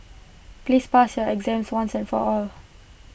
please pass your exam once and for all